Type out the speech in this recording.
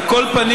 על כל פנים,